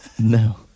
No